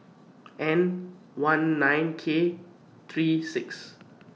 N one nine K three six